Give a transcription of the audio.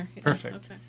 Perfect